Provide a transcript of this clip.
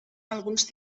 alguns